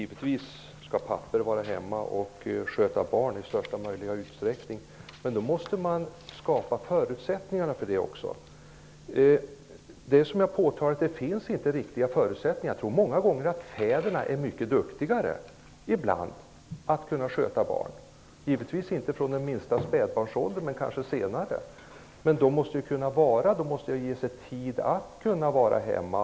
Herr talman! Givetvis skall pappor i största möjliga utsträckning vara hemma och sköta barn. Men då måste det också skapas förutsättningar för det. Det finns inte riktiga förutsättningar. Jag tror många gånger att fäderna är mycket duktigare på att sköta barn. Givetvis är det inte fråga om från den minsta spädbarnsåldern, men kanske senare. Men de måste kunna ges tid och få möjlighet att vara hemma.